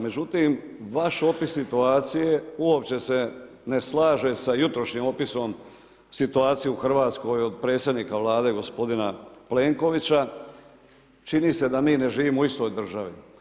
Međutim, vaš opis situacije uopće se ne slaže sa jutrošnjim opisom situacije u Hrvatskoj od predsjednika Vlade gospodina Plenkovića, čini se da mi ne živimo u istoj državi.